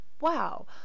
wow